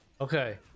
Okay